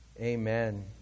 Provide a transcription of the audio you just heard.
Amen